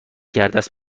کردست